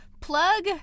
plug